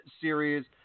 series